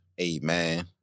Amen